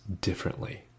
differently